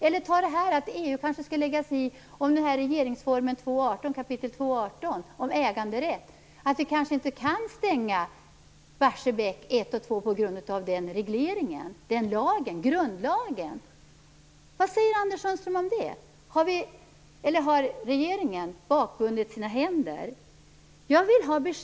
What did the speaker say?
Ett annat exempel är att EU kanske skall lägga sig i 2 kap. 18 § regeringsformen om äganderätten, så att vi kanske inte kan stänga Barsebäck 1 och 2 på grund av den grundlagen. Vad säger Anders Sundström om det? Har regeringen bakbundit sina händer?